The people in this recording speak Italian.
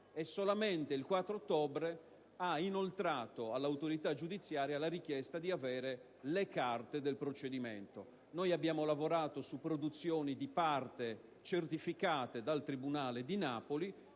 Solamente lo scorso 4 ottobre ha inoltrato all'autorità giudiziaria la richiesta di avere le carte del procedimento. Abbiamo lavorato su produzioni di parte certificate dal tribunale di Napoli.